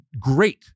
great